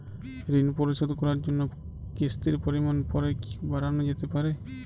ঋন পরিশোধ করার জন্য কিসতির পরিমান পরে কি বারানো যেতে পারে?